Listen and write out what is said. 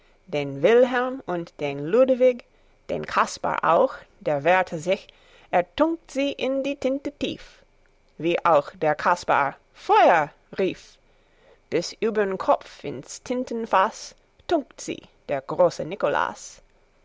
den wilhelm und den ludewig den kaspar auch der wehrte sich er tunkt sie in die tinte tief wie auch der kaspar feuer rief bis übern kopf ins tintenfaß tunkt sie der große